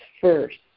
first